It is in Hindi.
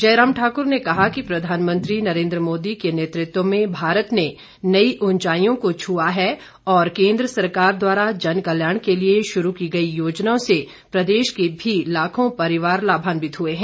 जयराम ठाकुर ने कहा कि प्रधानमंत्री नरेन्द्र मोदी के नेतृत्व में भारत ने नई उंचाईयों को छुआ है और केन्द्र सरकार द्वारा जन कल्याण के लिए शुरू की गई योजनाओं से प्रदेश के भी लाखों परिवार लाभान्वित हुए हैं